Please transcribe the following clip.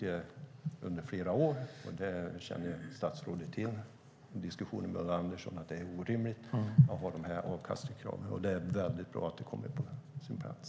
Vi har under flera år tyckt, vilket statsrådet känner till, att det är orimligt att ha dessa avkastningskrav. Det är mycket bra att direktiven kommer på plats.